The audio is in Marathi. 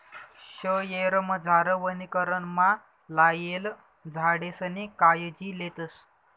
शयेरमझार वनीकरणमा लायेल झाडेसनी कायजी लेतस